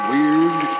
Weird